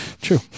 True